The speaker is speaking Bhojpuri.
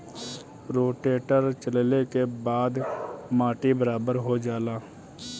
रोटेटर चलले के बाद माटी बराबर हो जाला